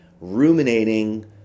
ruminating